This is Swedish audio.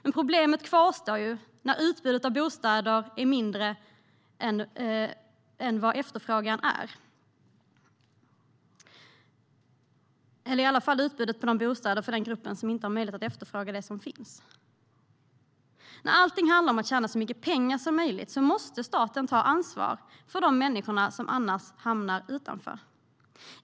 Men problemet kvarstår när utbudet av bostäder är mindre än efterfrågan - i alla fall utbudet på bostäder för den grupp som inte har möjlighet att efterfråga det som finns. När allt handlar om att tjäna så mycket pengar som möjligt måste staten ta ansvar för de människor som annars hamnar utanför.